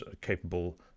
capable